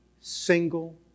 single